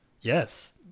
Yes